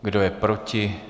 Kdo je proti?